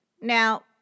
Now